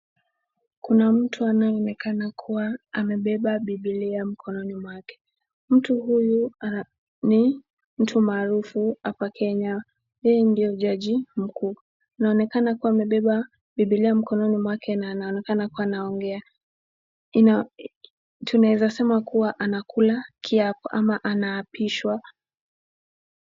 Kuna mtu anayeonekana kuwa amebeba bibilia mkononi mwake. Mtu huyu ni mtu maarufu hapa Kenya, yeye ndiye jaji mkuu. Anaonekana kuwa amebeba bibilia mkononi mwake na anaonekana kuwa anaongea. Tunaweza sema kuwa anakula kiapo ama anaapishwa.